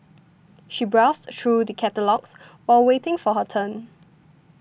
she browsed through the catalogues while waiting for her turn